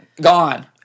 gone